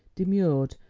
demurred,